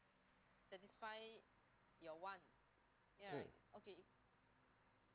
mm